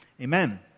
amen